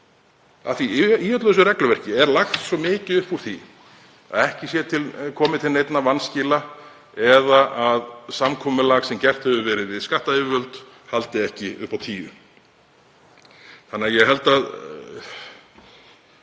því að í öllu þessu regluverki er lagt svo mikið upp úr því að ekki komi til neinna vanskila eða að samkomulag sem gert hefur verið við skattyfirvöld haldi upp á tíu. Þó að tíminn sé